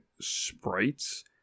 sprites